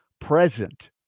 present